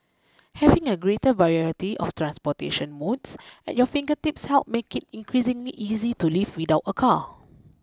having a greater variety of transportation modes at your fingertips helps make it increasingly easy to live without a car